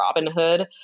Robinhood